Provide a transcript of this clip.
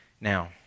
Now